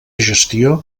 gestió